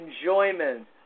enjoyment